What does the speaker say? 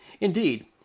indeed